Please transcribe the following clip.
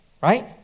right